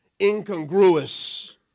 incongruous